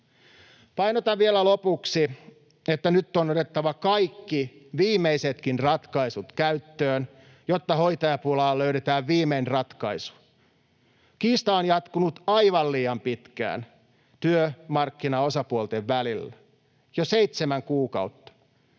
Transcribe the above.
Painotan vielä lopuksi, että nyt on otettava kaikki viimeisetkin ratkaisut käyttöön, jotta hoitajapulaan löydetään viimein ratkaisu. Kiista on jatkunut aivan liian pitkään työmarkkinaosapuolten välillä, jo seitsemän kuukautta.